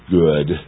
good